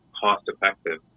cost-effective